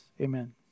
amen